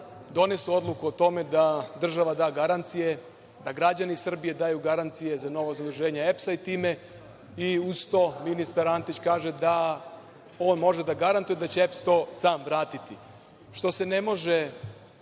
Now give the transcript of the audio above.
donesu odluku o tome da država da garancije da građani Srbije daju garancije za novo zaduženje EPS-a i uz to ministar Antić kaže da on može da garantuje da će EPS to sam vratiti, u šta se ne može